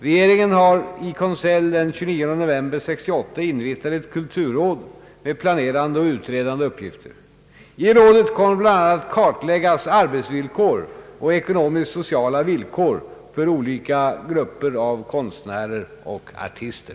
Regeringen har i konselj den 29 november 1968 inrättat ett kulturråd med planerande och utredande uppgifter. I rådet kommer bl.a. att kartläggas arbetsvillkor och <:ekonomiskt-sociala villkor för olika grupper av konstnärer och artister.